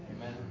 Amen